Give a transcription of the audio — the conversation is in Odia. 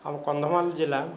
ଆମ କନ୍ଧମାଳ ଜିଲ୍ଲା